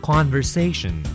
Conversation